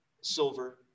silver